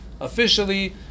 officially